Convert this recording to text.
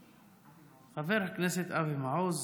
חבר הכנסת אבי מעוז,